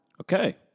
Okay